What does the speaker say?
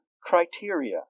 criteria